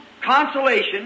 consolation